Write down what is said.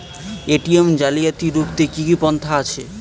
ATM জালিয়াতি রুখতে কি কি পন্থা আছে?